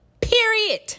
period